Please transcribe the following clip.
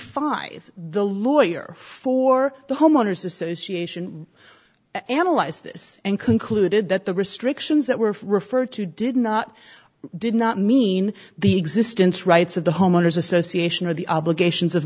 five the lawyer for the homeowners association analyzed this and concluded that the restrictions that were referred to did not did not i mean the existence rights of the homeowners association or the obligations of